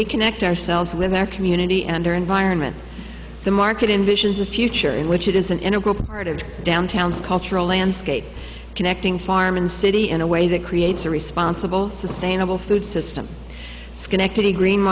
reconnect ourselves with our community and our environment the market envisions a future in which it is an integral part of downtown's cultural landscape connecting farm and city in a way that creates a responsible sustainable food system schenectady green